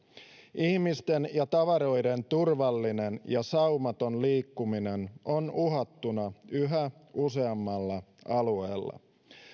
ihmisten ja tavaroiden turvallinen ja saumaton liikkuminen on uhattuna yhä useammalla alueella